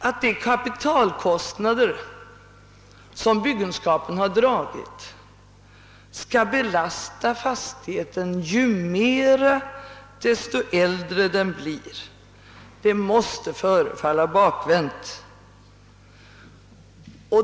Att de kapitalkostnader som byggenskapen dragit skall belasta fastigheten mer ju äldre den blir måste vara bakvänt.